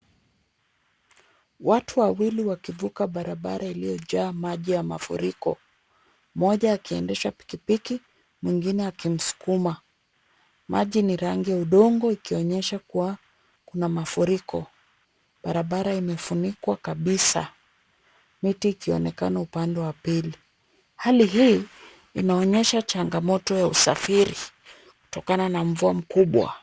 Watu wawili wakivuka barabara iliyojaa maji ya mafuriko. Mmoja akiendesha pikipiki mwingine akimsukuma. Maji ni rangi ya udongo ikionyesha kuwa kuna mafuriko. Barabara imefunikwa kabisa, miti ikionekana upande wa pili. Hali hii inaonyesha changamoto ya usafiri kutokana na mvua mkubwa.